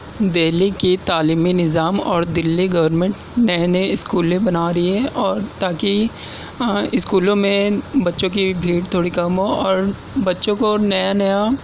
دہلی کی تعلیمی نظام اور دلی گورنمینٹ نئے نئے اسکول بنا رہی ہے اور تاکہ اسکولوں میں بچوں کی بھیڑ تھوڑی کم ہو اور بچوں کو نیا نیا